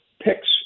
picks